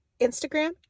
Instagram